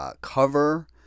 cover